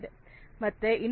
ಮತ್ತೆ ಇಂಡಸ್ಟ್ರಿ4